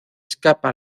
escapa